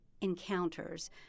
encounters